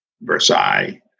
Versailles